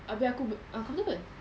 abeh aku be~ uh comfortable